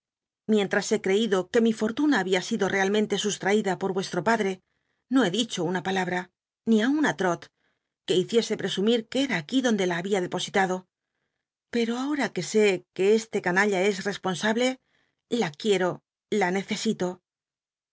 mientras he creído que mi biblioteca nacional de españa da vid copperfield fortuna babia sido realmente sustraída por vuestro padrc no he dicho una palabra ni aun á trot que hiciese presumit que era aquí donde la había depositado pero ahora que sé que este canalla es responsable la quiero la necesito